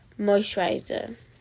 moisturizer